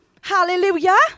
Hallelujah